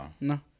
No